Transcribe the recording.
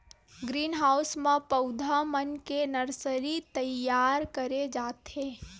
green house म पउधा मन के नरसरी तइयार करे जाथे